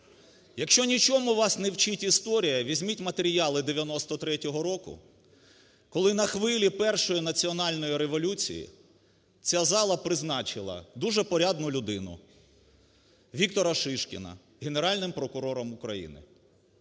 Якщо нічому вас не вчить історія, візьміть матеріали 1993 року, коли на хвилі першої національної революції, ця зала призначила дуже порядну людину Віктора Шишкіна Генеральним прокурором України.